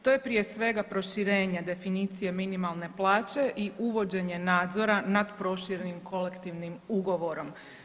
To je prije svega proširenje definicije minimalne plaće i uvođenje nadzora nad proširenim kolektivnim ugovorom.